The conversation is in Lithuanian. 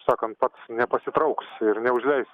sakant pats nepasitrauks ir neužleis